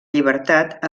llibertat